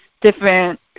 different